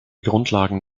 grundlagen